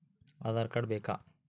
Aadhaar card ಬೇಕಾ?